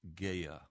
Gaia